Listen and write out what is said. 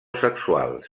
sexuals